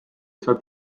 saab